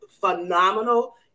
phenomenal